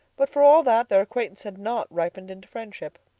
but for all that, their acquaintance had not ripened into friendship.